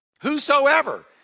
Whosoever